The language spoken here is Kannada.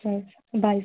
ಸರಿ ಸರ್ ಬಾಯ್ ಸರ್